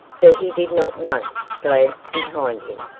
for he did not once glance behind him,